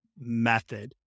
method